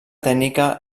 tècnica